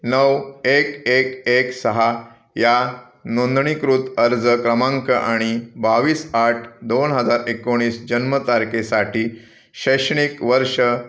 नऊ एक एक एक सहा या नोंदणीकृत अर्ज क्रमांक आणि बावीस आठ दोन हजार एकोणीस जन्मतारखेसाठी शैक्षणिक वर्ष